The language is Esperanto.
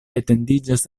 etendiĝas